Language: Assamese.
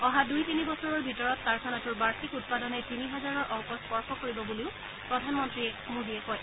অহা দুই তিনি বছৰৰ ভিতৰত কাৰখানাটোৰ বাৰ্যিক উৎপাদনে তিনি হাজাৰৰ অংক স্পৰ্শ কৰিব বুলিও প্ৰধানমন্নী মোদীয়ে কয়